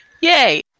Yay